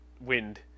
wind